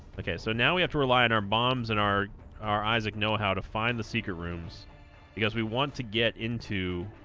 okay so now we have to rely on our bombs and our our isaac know how to find the secret rooms because we want to get into